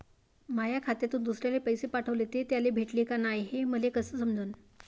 माया खात्यातून दुसऱ्याले पैसे पाठवले, ते त्याले भेटले का नाय हे मले कस समजन?